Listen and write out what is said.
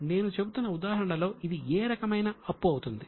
నేను చెబుతున్న ఉదాహరణలో ఇది ఏ రకమైన అప్పు అవుతుంది